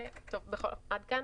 עד כאן.